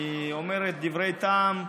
היא אומרת דברי טעם.